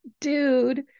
dude